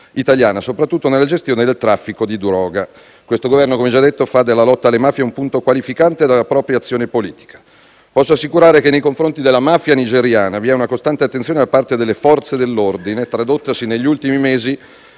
italiana, soprattutto nella gestione nel traffico di droga. Questo Governo, come già detto, fa della lotta alle mafie un punto qualificante della propria azione politica. Posso assicurare che nei confronti della mafia nigeriana vi è una costante attenzione da parte delle Forze dell'ordine, tradottasi negli ultimi mesi